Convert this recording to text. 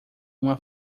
uma